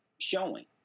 showing